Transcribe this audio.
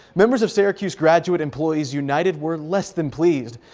members of syracuse graduate employees united were less than pleased.